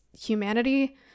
humanity